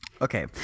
okay